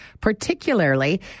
particularly